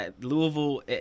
louisville